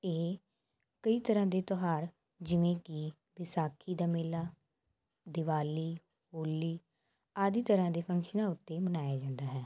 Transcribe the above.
ਇਹ ਕਈ ਤਰ੍ਹਾਂ ਦੇ ਤਿਉਹਾਰ ਜਿਵੇਂ ਕਿ ਵਿਸਾਖੀ ਦਾ ਮੇਲਾ ਦੀਵਾਲੀ ਹੋਲੀ ਆਦਿ ਤਰ੍ਹਾਂ ਦੇ ਫੰਕਸ਼ਨਾਂ ਉੱਤੇ ਮਨਾਇਆ ਜਾਂਦਾ ਹੈ